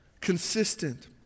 Consistent